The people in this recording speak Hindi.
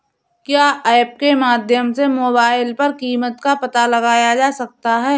क्या ऐप के माध्यम से मोबाइल पर कीमत का पता लगाया जा सकता है?